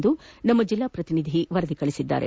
ಎಂದು ನಮ್ಮ ಜಿಲ್ಲಾ ಪ್ರತಿನಿಧಿ ವರದಿ ಮಾಡಿದ್ದಾರೆ